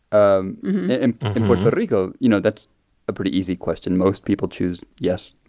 um in puerto rico, you know, that's a pretty easy question. most people choose, yes,